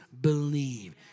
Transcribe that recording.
believe